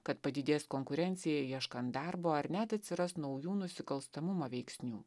kad padidės konkurencija ieškant darbo ar net atsiras naujų nusikalstamumo veiksnių